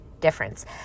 difference